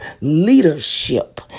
leadership